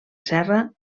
serra